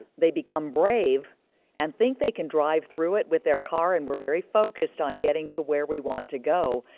they become brave and think they can drive through it with their car, and we're very focused on getting to where we want to go.